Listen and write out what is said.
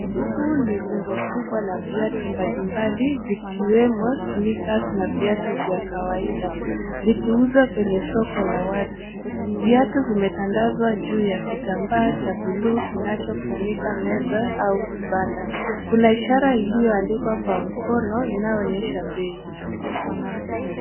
Huu ni rundo kubwa la viatu mbalimbali vikiwemo sneakers na viatu vya kawaida, vikiuzwa kwenye soko la wazi. Viatu vimetandazwa juu ya kitambaa cha buluu kinachofunika meza au kibanda. Kuna ishara iliyoandikwa kwa mkono inayoonyesha bei.